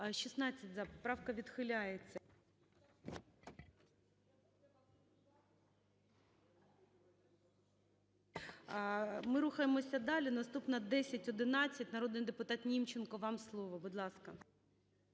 За-16 Поправка відхиляється. Ми рухаємося далі. Наступна – 1011. Народний депутат Німченко, вам слово, будь ласка.